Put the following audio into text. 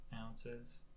ounces